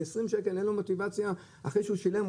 ב-20 שקל אין לו מוטיבציה אחרי שהוא שילם,